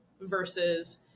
versus